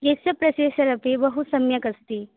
यस्य प्रोसेसर् अपि बहुसम्यक् अस्ति